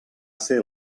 ser